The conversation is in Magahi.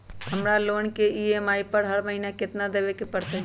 हमरा लोन के ई.एम.आई हर महिना केतना देबे के परतई?